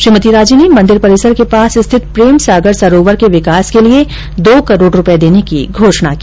श्रीमती राजे ने मंदिर परिसर के पास स्थित प्रेमसागर सरोवर के विकास के लिए दो करोड़ रूपए देने की घोषणा की